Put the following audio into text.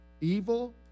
evil